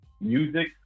music